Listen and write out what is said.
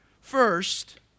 First